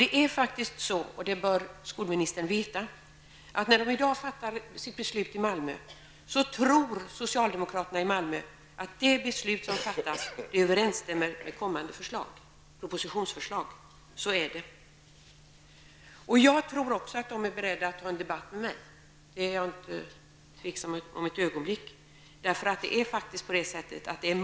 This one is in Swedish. Det är faktiskt så -- och det bör skolministern veta -- att när man i dag fattar beslut i Malmö tror socialdemokraterna i Malmö att beslutet överenstämmer med kommande propositionsförslag. Så är det. Jag tror också att politikerna i Malmö är beredda att ta en debatt med mig, det tvivlar jag inte ett ögonblick på.